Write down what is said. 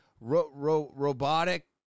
robotic